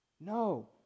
No